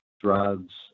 drugs